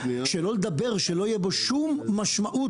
שלא לדבר שלא יהיה בו שום משמעות,